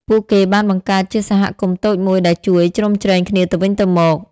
ពួកគេបានបង្កើតជាសហគមន៍តូចមួយដែលជួយជ្រោមជ្រែងគ្នាទៅវិញទៅមក។